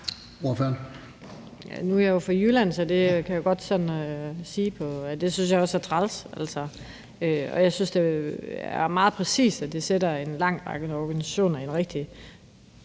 Nu er jeg jo fra Jylland, så jeg kan godt sige, at det synes jeg også er træls, og jeg synes, at det sætter en lang række organisationer i en rigtig